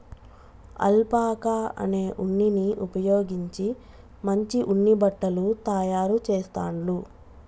alpaca అనే ఉన్నిని ఉపయోగించి మంచి ఉన్ని బట్టలు తాయారు చెస్తాండ్లు